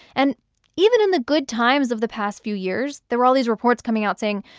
and even in the good times of the past few years, there were all these reports coming out saying,